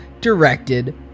directed